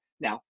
now